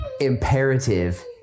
imperative